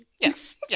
yes